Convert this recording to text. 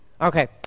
Okay